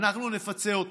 אנחנו נפצה אתכם,